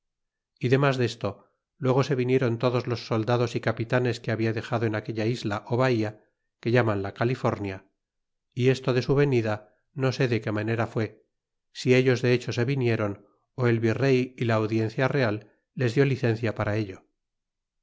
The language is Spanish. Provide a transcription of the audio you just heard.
y demás desto luego se vinieron todos los soldados y capitanes que habla dexado en aquella isla bahía que llaman la california y esto de su venida no sé de qué manera fue si ellos de hecho se vinieron ó el virey y la audiencia real les dió licencia para ello